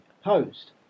opposed